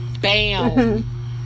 Bam